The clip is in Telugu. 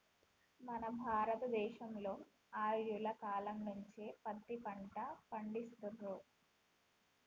మన భారత దేశంలో ఆర్యుల కాలం నుంచే పత్తి పంట పండిత్తుర్రు